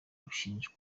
bashinjwa